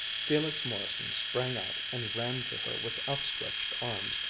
felix morrison sprang out and ran to her with outstretched arms,